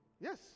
Yes